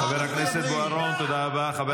חבר הכנסת בוארון, תודה רבה.